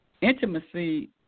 intimacy